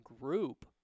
group